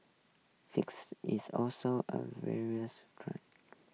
fix is also a various try